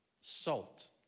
salt